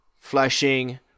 flashing